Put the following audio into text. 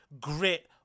grit